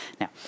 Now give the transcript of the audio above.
Now